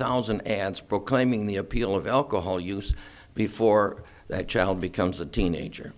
thousand ads proclaiming the appeal of alcohol use before that child becomes a teenager